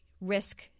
risk